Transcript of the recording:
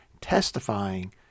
testifying